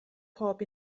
pob